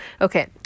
okay